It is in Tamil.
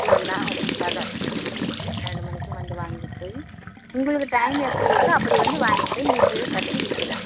எடுத்துகிட்டு வரலாம் ஒரு பத்து பன்னெண்டு மணிக்கும் வந்து வாங்கிட்டு போயி உங்களுக்கு டைம் எப்படி இருக்கோ அப்படி வந்து வாங்கிட்டு போய் நீங்களும் கட்டி விற்கிலாம்